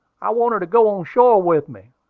i want her to go on shore with me.